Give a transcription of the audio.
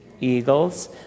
eagles